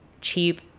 cheap